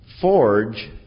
forge